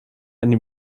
eine